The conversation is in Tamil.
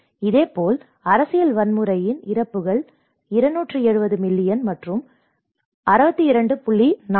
இதேபோல் அரசியல் வன்முறையின் இறப்புகள் 270 மில்லியன் மற்றும் 62